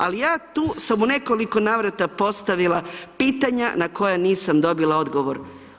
Ali ja tu sam u nekoliko navrata postavila pitanja na koja nisam dobila odgovor.